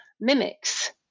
mimics